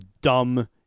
dumb